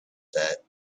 that